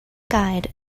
guide